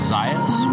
Zayas